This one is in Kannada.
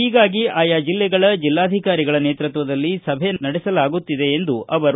ಹೀಗಾಗಿ ಆಯಾ ಜಲ್ಲೆಗಳ ಜಲ್ಲಾಧಿಕಾರಿಗಳ ನೇತೃತ್ವದಲ್ಲಿ ಸಭೆ ನಡೆಸಲಾಗುತ್ತಿದೆ ಎಂದರು